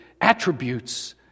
attributes